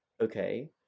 okay